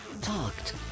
Talked